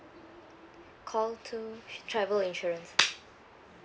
call two travel insurance